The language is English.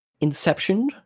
Inception